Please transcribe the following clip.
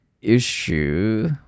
issue